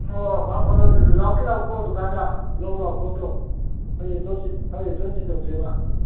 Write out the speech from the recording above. ꯑꯣ ꯂꯥꯛꯇꯤ ꯂꯥꯛꯎꯀꯣ ꯗꯨꯀꯥꯟꯗ ꯂꯧ ꯂꯥꯎ ꯄꯣꯠꯇꯣ ꯈꯔ ꯌꯦꯡꯊꯣꯛ ꯌꯦꯡꯁꯤꯟ ꯈꯔ ꯌꯦꯡꯊꯣꯛ ꯌꯦꯡꯁꯤꯟ ꯇꯧꯁꯦꯕ